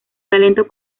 talento